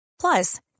Plus